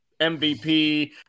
MVP